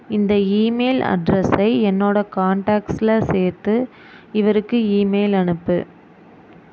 இந்த இமெயில் அட்ரஸை என்னோட காண்டாக்ஸில் சேர்த்து இவருக்கு இமெயில் அனுப்பு